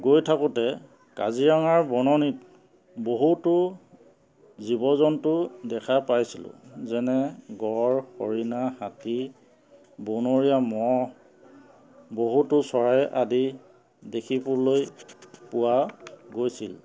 গৈ থাকোঁতে কাজিৰঙাৰ বননিত বহুতো জীৱ জন্তু দেখা পাইছিলোঁ যেনে গড় হৰিণা হাতী বনৰীয়া ম'হ বহুতো চৰাই আদি দেখিবলৈ পোৱা গৈছিল